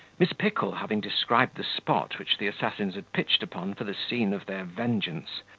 miss pickle having described the spot which the assassins had pitched upon for the scene of their vengeance,